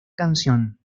canción